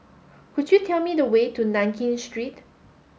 could you tell me the way to Nankin Street